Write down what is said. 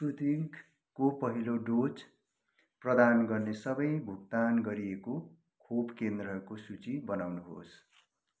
स्पुत्निकको पहिलो डोज प्रदान गर्ने सबै भुक्तान गरिएको खोप केन्द्रहरूको सूची बनाउनुहोस्